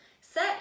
set